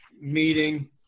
meeting